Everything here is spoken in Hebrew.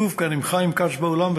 כתוב כאן: "אם חיים כץ באולם",